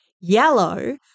yellow